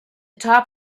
top